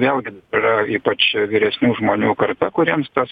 vėlgi yra ypač vyresnių žmonių karta kuriems tas